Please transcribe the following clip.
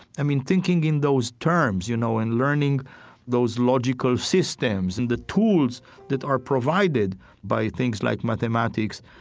i mean, thinking in those terms you know and learning those logical systems and the tools that are provided by things like mathematics,